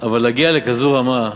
אבל להגיע לכזאת רמה,